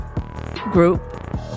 group